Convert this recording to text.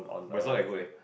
but it's not that good eh